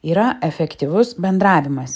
yra efektyvus bendravimas